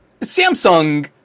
Samsung